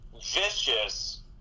Vicious